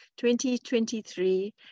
2023